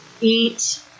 Eat